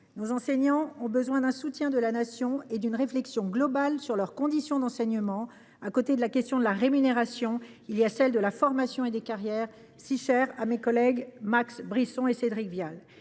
Nos enseignants ont besoin d’un soutien de la Nation et d’une réflexion globale sur leurs conditions d’enseignement. Outre la question de la rémunération se posent celles de la formation et des carrières, thèmes chers à mes collègues Max Brisson et Cédric Vial.